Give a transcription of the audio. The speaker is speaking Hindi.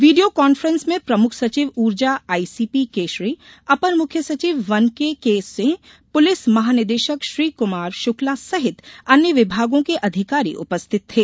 वीडियो कॉफ्रेंस में प्रमुख सचिव ऊर्जा आई सी पी केशरी अपर मुख्य सचिव वन केके सिंह पुलिस महानिदेशक ऋषि कुमार शुक्ला सहित अन्य विभागों के अधिकारी उपस्थित थे